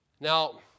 Now